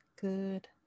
good